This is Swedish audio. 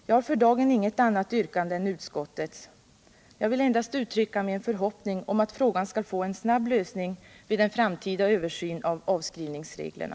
Jag har för dagen inget annat yrkande än utskottets. Jag vill endast uttrycka min förhoppning om att frågan skall få en snabb lösning vid en framtida översyn av avskrivningsreglerna.